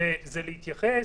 זה להתייחס